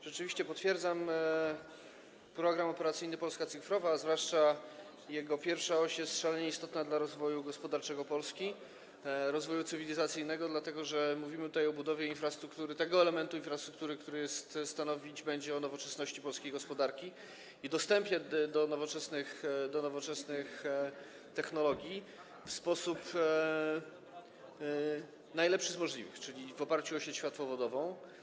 Rzeczywiście, potwierdzam, Program Operacyjny „Polska cyfrowa”, a zwłaszcza jego pierwsza oś, jest szalenie istotny dla rozwoju gospodarczego Polski, rozwoju cywilizacyjnego, dlatego że mówimy tutaj o budowie tego elementu infrastruktury, który stanowić będzie o nowoczesności polskiej gospodarki i dostępie do nowoczesnych technologii w sposób najlepszy z możliwych, czyli w oparciu o sieć światłowodową.